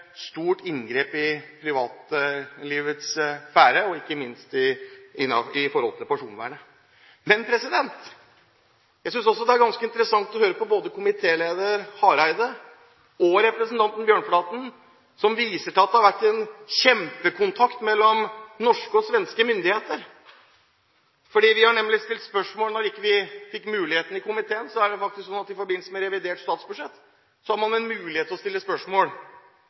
stort inngrep i privatlivets sfære, og ikke minst i forhold til personvernet. Jeg synes også det er ganske interessant å høre på både komitéleder Hareide og representanten Bjørnflaten, som viser til at det har vært en kjempekontakt mellom norske og svenske myndigheter. Vi har stilt spørsmål. Når vi ikke fikk muligheten i komiteen, er det faktisk sånn at i forbindelse med revidert statsbudsjett har man mulighet til å stille spørsmål.